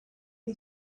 you